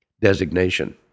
designation